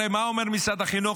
הרי מה אומר משרד החינוך?